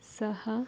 ಸಹ